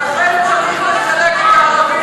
ולכן צריך לסלק את הערבים